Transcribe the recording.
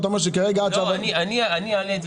אתה אומר שכרגע --- אני אעלה את זה